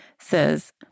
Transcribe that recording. says